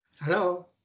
Hello